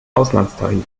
auslandstarife